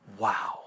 wow